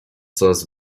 coraz